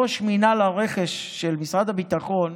ראש מינהל הרכש של משרד הביטחון,